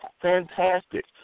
fantastic